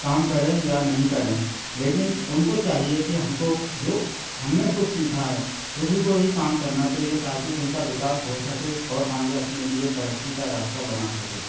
काम करें या नहीं करें लेकिन उनको चाहिए कि हमको जो हमने कुछ सीखा है उसी को ही काम करना चाहिए ताकि उनका विकास हो सके और आगे अपने लिए तरक्की का रास्ता बना सकें